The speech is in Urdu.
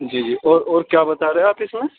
جی جی اور اور کیا بتا رہے آپ اس میں